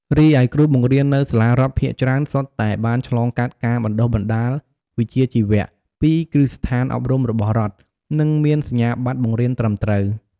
រីឯគ្រូបង្រៀននៅសាលារដ្ឋភាគច្រើនសុទ្ធតែបានឆ្លងកាត់ការបណ្តុះបណ្តាលវិជ្ជាជីវៈពីគ្រឹះស្ថានអប់រំរបស់រដ្ឋ និងមានសញ្ញាបត្របង្រៀនត្រឹមត្រូវ។